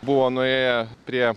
buvo nuėję prie